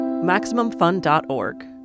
MaximumFun.org